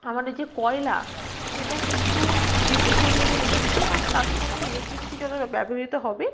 আমাদের যে কয়লা সেটা কিন্তু বেশি পরিমাণে পুড়ছে কারণ তার সঙ্গে ইলেকট্রিসিটি যতোটা ব্যবহৃত হবে